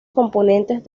componentes